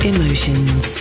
Emotions